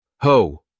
Ho